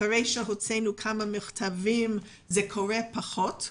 אחרי שהוצאנו כמה מכתבים, זה קורה פחות.